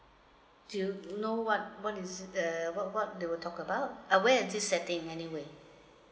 do you know what what is the what what they will talk about uh where is this set in anyway